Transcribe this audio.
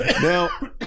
Now